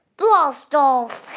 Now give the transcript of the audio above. blast off!